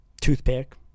toothpick